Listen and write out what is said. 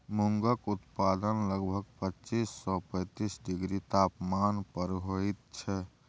मूंगक उत्पादन लगभग पच्चीस सँ पैतीस डिग्री तापमान पर होइत छै